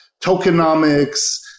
tokenomics